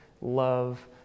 love